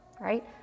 right